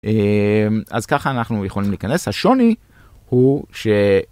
אז ככה אנחנו יכולים להיכנס, השוני הוא.